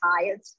tired